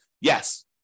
Yes